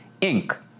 Inc